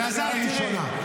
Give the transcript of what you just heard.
אתה בקריאה ראשונה.